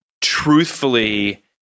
truthfully